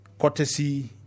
courtesy